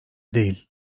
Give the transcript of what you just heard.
değil